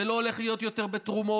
זה לא הולך להיות יותר בתרומות,